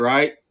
Right